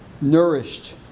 nourished